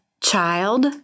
child